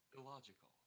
Illogical